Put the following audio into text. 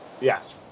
Yes